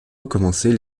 recommencer